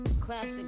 classic